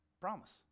promise